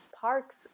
parks